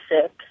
sick